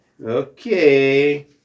okay